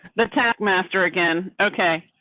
the tap master again. okay.